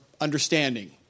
understanding